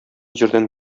җирдән